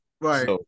Right